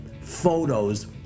photos